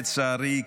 לצערי,